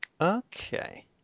Okay